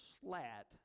slat